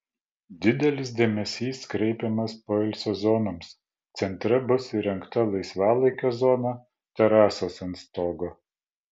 didelis dėmesys kreipiamas poilsio zonoms centre bus įrengta laisvalaikio zona terasos ant stogo